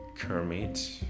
Kermit